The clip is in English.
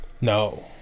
No